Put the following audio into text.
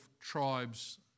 tribes